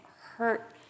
hurt